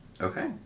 Okay